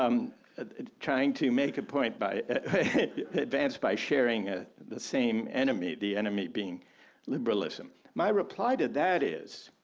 um trying to make a point by advanced by sharing ah the same enemy. the enemy being liberalism. my reply to that is